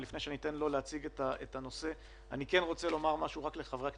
ולפני שניתן לו להציג את הנושא אני רוצה לומר משהו רק לחברי הכנסת,